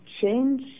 change